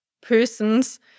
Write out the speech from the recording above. persons